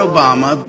Obama